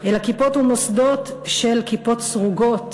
אלא כיפות ומוסדות של כיפות סרוגות,